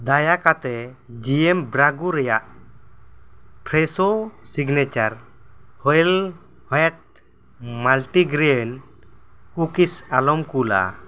ᱫᱟᱭᱟ ᱠᱟᱛᱮ G M brand ᱨᱮᱭᱟᱜ Fresho signature whole wheat multigrain cookies ᱟᱞᱚᱢ ᱠᱩᱞᱟ